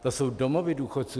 To jsou domovy důchodců.